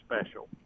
special